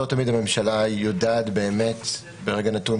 לא תמיד הממשלה יודעת באמת ברגע נתון